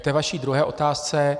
K vaší druhé otázce.